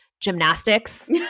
gymnastics